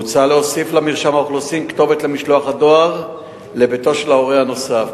מוצע להוסיף למרשם האוכלוסין כתובת למשלוח הדואר לביתו של ההורה הנוסף.